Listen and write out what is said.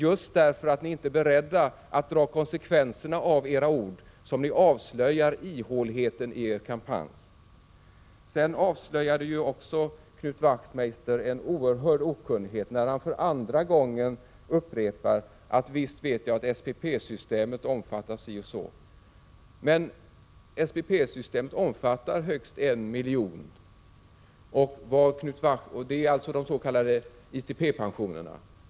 Just därigenom att ni inte är beredda att ta konsekvenserna av era ord avslöjar ni ihåligheten i er kampanj. Sedan avslöjade Knut Wachtmeister också en oerhörd okunnighet, när han för andra gången sade att han visste att SPP-systemet omfattade si och så många. SPP-systemet omfattar högst en miljon försäkringstagare — det gäller alltså de s.k. ITP-pensionerna.